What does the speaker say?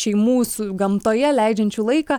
šeimų su gamtoje leidžiančių laiką